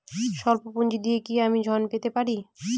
সল্প পুঁজি দিয়ে কি আমি ঋণ পেতে পারি?